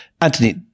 Anthony